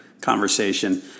conversation